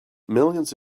millions